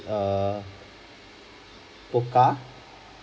err pokka